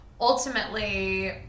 ultimately